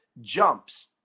jumps